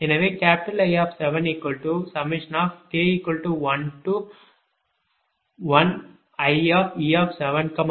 எனவேI7k11ie7kie71i8